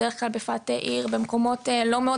בדרך כלל הם ממוקמים בפאתי עיר או במקומות לא מאוד